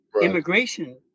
immigration